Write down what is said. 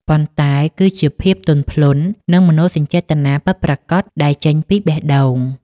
ប៉ុន្តែគឺជាភាពទន់ភ្លន់ និងមនោសញ្ចេតនាពិតប្រាកដដែលចេញពីបេះដូង។